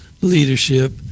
leadership